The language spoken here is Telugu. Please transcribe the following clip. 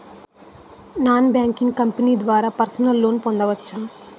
నాన్ బ్యాంకింగ్ కంపెనీ ద్వారా పర్సనల్ లోన్ పొందవచ్చా?